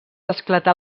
esclatà